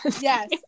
Yes